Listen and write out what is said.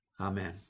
Amen